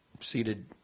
seated